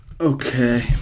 Okay